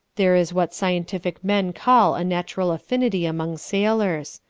there is what scientific men call a natural affinity among sailors.